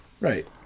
right